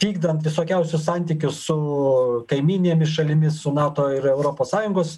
vykdant visokiausius santykius su kaimyninėmis šalimis su nato ir europos sąjungos